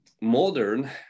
modern